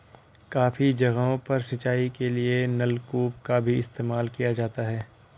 काफी जगहों पर सिंचाई के लिए नलकूप का भी इस्तेमाल किया जाता है